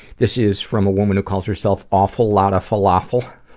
this is from a woman who calls herself awful lottafalaful,